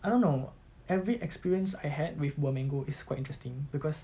I don't know every experience I had with buah mango is quite interesting because